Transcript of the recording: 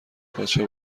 پاچه